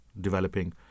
developing